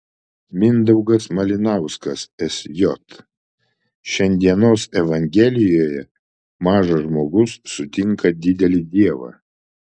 mindaugas malinauskas sj šiandienos evangelijoje mažas žmogus sutinka didelį dievą